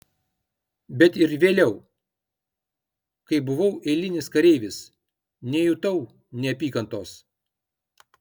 bet ir vėliau kai buvau eilinis kareivis nejutau neapykantos